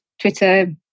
Twitter